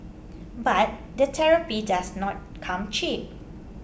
but the therapy does not come cheap